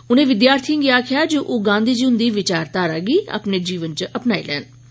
उनें विद्यार्थिएं गी आखेआ जे ओह् गांधी जी हुंदी विचारघारा गी अपने जीवन च अपनान